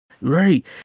Right